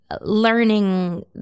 learning